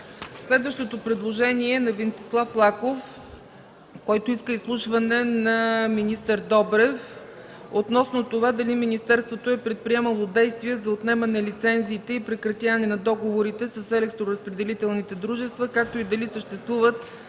Следващото предложение е на Венцислав Лаков, който иска изслушване на министър Добрев относно дали министерството е предприемало действия за отнемане лицензите и прекратяване на договорите с електроразпределителните дружества, както и дали съществуват